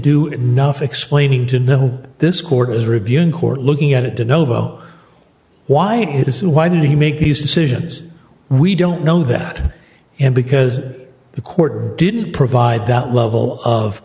do enough explaining to know this court is reviewing court looking at it to novo why why did he make these decisions we don't know that and because the court didn't provide that level of